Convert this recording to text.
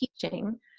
teaching